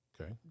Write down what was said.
Okay